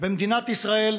במדינת ישראל,